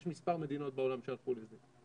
יש מספר מדינות בעולם שהלכו לזה.